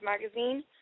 Magazine